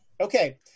Okay